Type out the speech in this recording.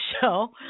show